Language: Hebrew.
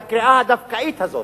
בקריאה הדווקאית הזאת,